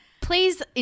please